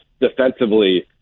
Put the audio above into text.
defensively